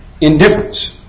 indifference